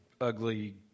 ugly